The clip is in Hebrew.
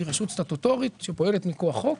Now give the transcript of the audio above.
היא רשות סטטוטורית שפועלת מכוח חוק.